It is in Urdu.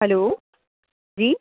ہیلو جی